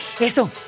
Eso